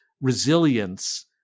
resilience